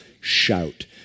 shout